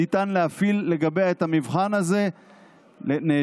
ניתן להפעיל לגביה את המבחן הזה לנאשם,